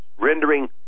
rendering